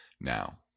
now